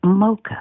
mocha